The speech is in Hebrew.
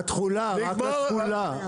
רק לתחולה.